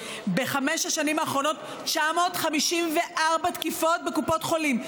בחמש השנים האחרונות 954 תקיפות בקופות חולים,